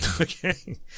Okay